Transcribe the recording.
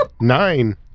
Nine